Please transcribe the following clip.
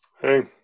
hey